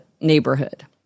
neighborhood